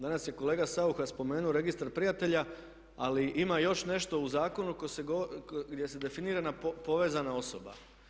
Danas je kolega Saucha spomenuo registar prijatelja ali ima još nešto u zakonu gdje se definira povezana osoba.